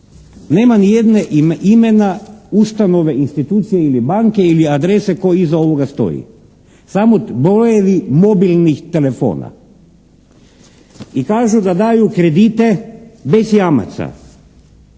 Nema ni jednog imena ustanove, institucije ili banke ili adrese tko iza ovoga stoji samo brojevi mobilnih telefona. I kažu da daju kredite bez jamaca,